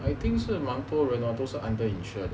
I think 都是蛮多人都是 under insure 的